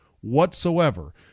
whatsoever